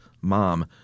Mom